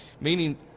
Meaning